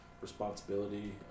responsibility